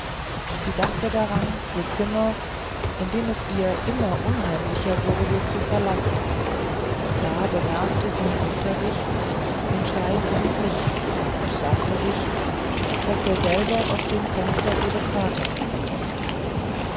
sie dachte daran ihr zimmer in dem es ihr immer unheimlicher wurde zu verlassen da bemerkte sie unter sich den schein eines lichtes und sagte sich daß derselbe aus dem fenster ihres vaters fallen wußte